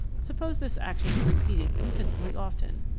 suppose this action is repeated infinitely often,